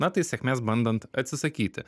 na tai sėkmės bandant atsisakyti